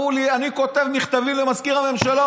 אני כותב מכתבים למזכיר הממשלה,